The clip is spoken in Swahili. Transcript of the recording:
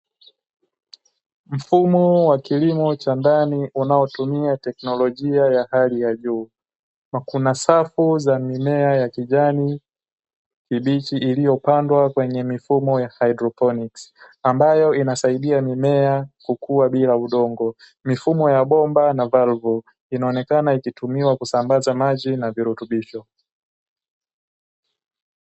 Mfumo wa kilimo cha ndani unaotumia teknolojia ya hali ya juu na kuna safu za mimea ya kijani kibichi iliyopandwa kwenye mifumo ya haidroponi, ambayo inasaidia mimea kukua bila udongo mifumo ya bomba na balbu inaonekana ikitumiwa kusambaza maji na virutubisho.